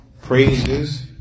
praises